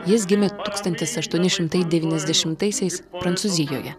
jis gimė tūkstantis aštuoni šimtai devyniasdešimtaisiais prancūzijoje